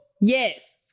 Yes